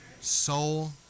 soul